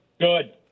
Good